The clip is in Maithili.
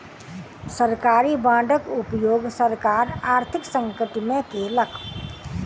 सरकारी बांडक उपयोग सरकार आर्थिक संकट में केलक